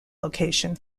location